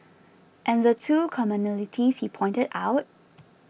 and the two commonalities he pointed out